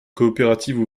coopératives